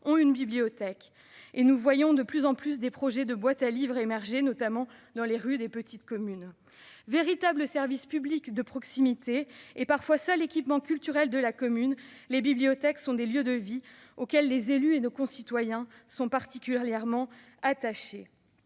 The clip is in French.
ont une bibliothèque. Et nous voyons de plus en plus des projets de boîtes à livres émerger, notamment dans les rues des petites communes. Véritables services publics de proximité et parfois seul équipement culturel de la commune, les bibliothèques sont des lieux de vie auxquels les élus et nos concitoyens sont particulièrement attachés.